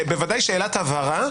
בוודאי שאלת הבהרה,